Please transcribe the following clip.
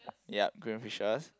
yup green fishes